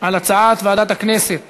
על הצעת ועדת הכנסת